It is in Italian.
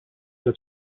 alla